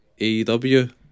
AEW